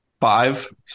Five